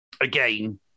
again